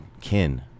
kin